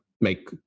make